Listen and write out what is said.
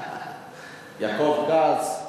יעקב כץ,